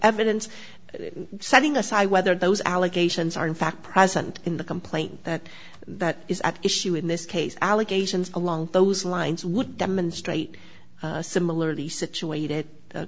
evidence setting aside whether those allegations are in fact present in the complaint that that is at issue in this case allegations along those lines would demonstrate similarly situated